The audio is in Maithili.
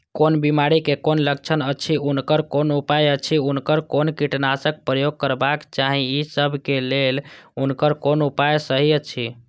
कोन बिमारी के कोन लक्षण अछि उनकर कोन उपाय अछि उनकर कोन कीटनाशक प्रयोग करबाक चाही ई सब के लेल उनकर कोन उपाय सहि अछि?